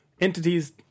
entities